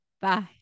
Bye